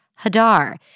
Hadar